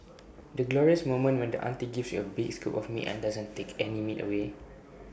the glorious moment when the auntie gives you A big scoop of meat and doesn't take any meat away